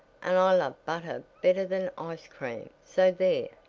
and i love butter better than ice cream so there!